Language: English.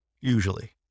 Usually